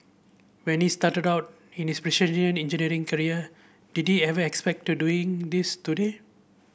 when he started out in his precision engineering career did he ever expect to doing this today